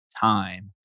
time